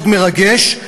מאוד מרגש,